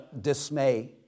dismay